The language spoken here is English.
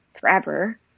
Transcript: forever